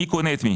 מי קונה את מי